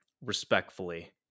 respectfully